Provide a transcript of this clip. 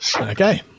Okay